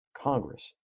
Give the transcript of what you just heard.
Congress